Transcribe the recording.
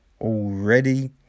already